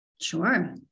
Sure